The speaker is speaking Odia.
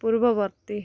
ପୂର୍ବବର୍ତ୍ତୀ